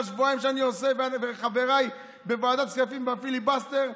והשבועיים שאני וחבריי בוועדת הכספים עושים פיליבסטר,